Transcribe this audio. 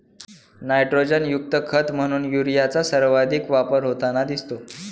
नायट्रोजनयुक्त खत म्हणून युरियाचा सर्वाधिक वापर होताना दिसतो